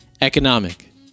Economic